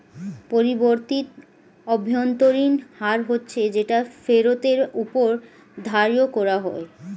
পরিবর্তিত অভ্যন্তরীণ হার হচ্ছে যেটা ফেরতের ওপর ধার্য করা হয়